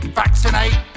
vaccinate